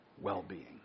well-being